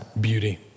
beauty